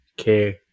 Okay